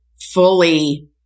fully